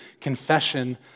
confession